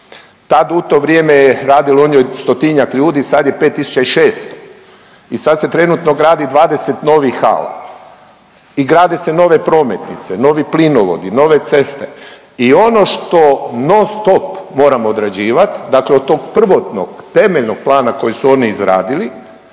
Tad u to vrijeme je u njoj radilo 100-tinjak sad je 5.600 i sad se trenutno gradi 20 novih hala i grade se nove prometnice, novi plinovodi, nove ceste. I ono što non stop moramo odrađivat, dakle od tog prvotnog temeljnog plana koji su oni izradili,